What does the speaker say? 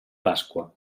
pasqua